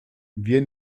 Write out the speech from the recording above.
wir